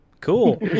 Cool